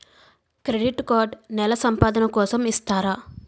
Credit card నెల సంపాదన కోసం ఇస్తారా?